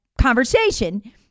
conversation